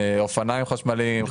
אופניים חשמליים,